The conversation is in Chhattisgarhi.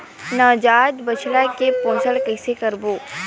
नवजात बछड़ा के पोषण कइसे करबो?